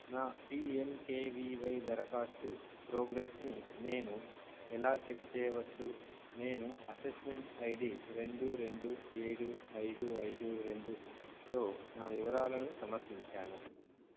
నా పీఎంకేవీవై దరఖాస్తు ప్రోగ్రెస్ని నేను ఎలా చెక్ చేయవచ్చు నేను అసెస్మెంట్ ఐడి రెండు రెండు ఏడు ఐదు ఐదు రెండుతో నా వివరాలను సమర్పించాను